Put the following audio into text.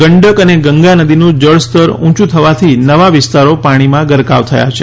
ગંડક અને ગંગા નદીનું જળસ્તર ઊયું આવવાથી નવા વિસ્તારો પાણીમાં ગરકાવ થયા છે